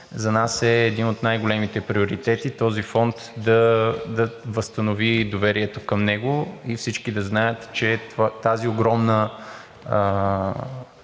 За нас един от най големите приоритети е този фонд да възстанови доверието към него и всички да знаят, че тази огромна